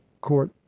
court